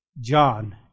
John